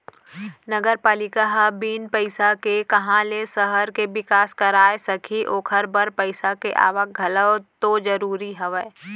नगरपालिका ह बिन पइसा के काँहा ले सहर के बिकास कराय सकही ओखर बर पइसा के आवक घलौ तो जरूरी हवय